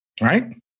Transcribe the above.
Right